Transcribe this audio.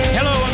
Hello